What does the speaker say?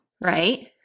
right